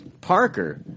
Parker